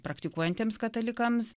praktikuojantiems katalikams